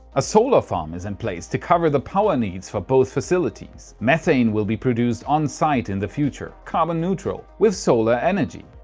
a solar farm is in place to cover the power needs for both facilities. methane will be produced on site in the future. carbon neutral. with solar energy.